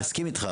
אני מסכים איתך,